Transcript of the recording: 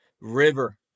River